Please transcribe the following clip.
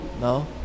no